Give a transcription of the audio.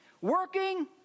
working